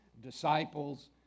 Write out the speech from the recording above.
disciples